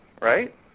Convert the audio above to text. right